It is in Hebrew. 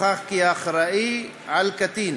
נוכח כי האחראי לקטין